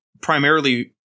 primarily –